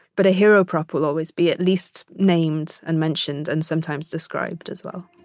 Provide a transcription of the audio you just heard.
but a hero prop will always be at least named and mentioned, and sometimes described as well